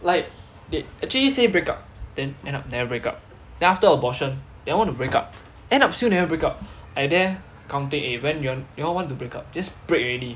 like they actually say break up then end up never break up then after abortion then want to break up end up still never break up !aiyo! there counting eh when you want you all want to break up just break already